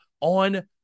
on